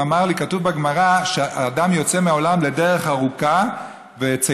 והוא אמר לי: כתוב בגמרא שהאדם יוצא מהעולם לדרך ארוכה בצידה,